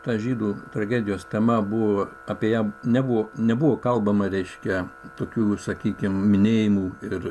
ta žydų tragedijos tema buvo apie ją nebuvo nebuvo kalbama reiškia tokių sakykim minėjimų ir